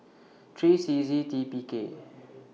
three C Z T P K